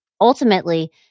Ultimately